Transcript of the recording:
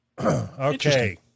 Okay